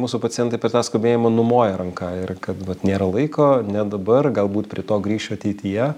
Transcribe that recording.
mūsų pacientai per tą skubėjimą numoja ranka ir kad va nėra laiko ne dabar galbūt prie to grįšiu ateityje